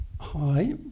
Hi